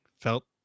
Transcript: felt